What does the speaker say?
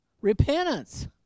repentance